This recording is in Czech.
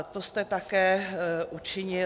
To jste také učinil.